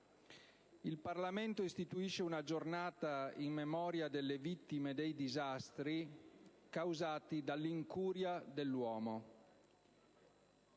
Il Parlamento istituisce una giornata in memoria delle vittime dei disastri causati dall'incuria dell'uomo